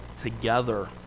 together